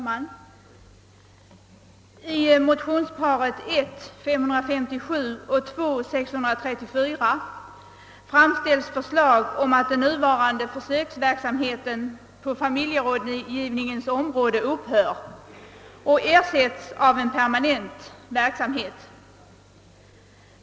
Herr talman! I motionsparet I:557 och II: 634 framläggs förslag om att den nuvarande försöksverksamheten på familjerådgivningens område skall upphöra och ersättas av en permanent organisation.